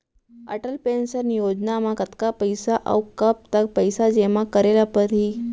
Atal pension Yojana म कतका पइसा, अऊ कब तक पइसा जेमा करे ल परही?